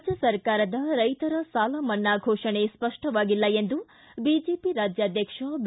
ರಾಜ್ಯ ಸರ್ಕಾರದ ರೈತರ ಸಾಲ ಮನ್ನಾ ಘೋಷಣೆ ಸ್ಪಷ್ಟವಾಗಿಲ್ಲ ಎಂದು ಬಿಜೆಪಿ ರಾಜ್ಯಾಧ್ಯಕ್ಷ ಬಿ